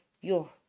yo